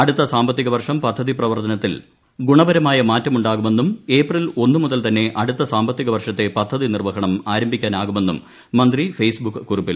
അടുത്ത സാമ്പത്തിക വർഷം പദ്ധതി പ്രവർത്തനത്തിൽ ഗുണപരമായ മാറ്റമുണ്ടാകുമെന്നും ഏപ്രിൽ ഒന്നു മുതൽ തന്നെ അടുത്ത സാമ്പത്തിക വർഷത്തെ പദ്ധതി നിർവ്വഹണം ആരംഭിക്കാനാകുമെന്നും മന്ത്രി ഫെയ്സ്ബുക്ക് കുറിപ്പിൽ അറിയിച്ചു